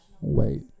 wait